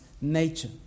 nature